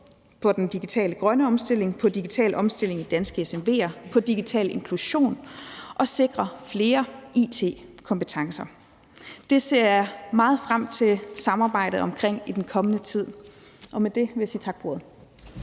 på den digitale grønne omstilling, på digital omstilling af danske SMV'er og på digital inklusion og sikre flere it-kompetencer. Det ser jeg meget frem til samarbejdet omkring i den kommende tid, og med det vil jeg sige tak for ordet.